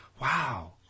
wow